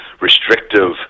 restrictive